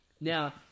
Now